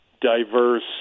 diverse